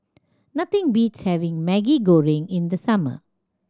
nothing beats having Maggi Goreng in the summer